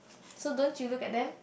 so don't you look at them